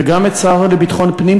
וגם את השר לביטחון פנים,